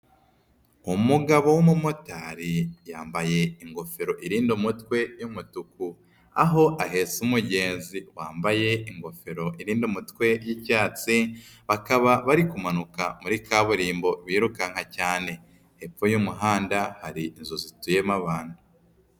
Umugabo w'umumotari yambaye ingofero irinda umutwe y'umutuku. Aho ahetse umugezi wambaye ingofero irinda umutwe y'icyatsi, bakaba bari kumanuka muri kaburimbo birukanka cyane. Hepfo y'umuhanda, hari inzu zituyemo abantu.